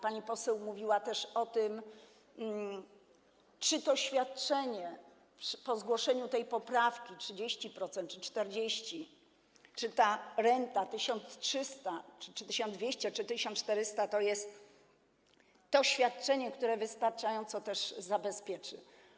Pani poseł pytała też o to, czy to świadczenie po zgłoszeniu tej poprawki, 30% czy 40%, ta renta w wysokości 1300, 1200 czy 1400, to jest to świadczenie, które wystarczająco to zabezpieczy.